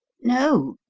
no,